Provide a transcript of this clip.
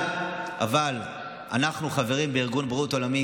אבל אנחנו חברים בארגון הבריאות העולמי,